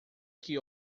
que